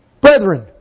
Brethren